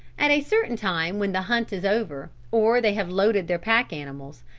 at a certain time when the hunt is over, or they have loaded their pack animals,